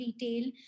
retail